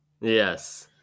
Yes